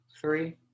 three